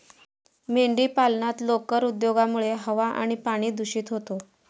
मेंढीपालनात लोकर उद्योगामुळे हवा आणि पाणी दूषित होते